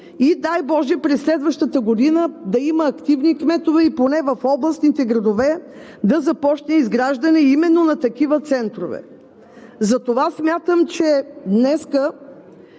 дай боже през следващата година да има активни кметове и поне в областните градове да започне изграждане именно на такива центрове. Затова смятам, че днес